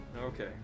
Okay